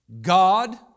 God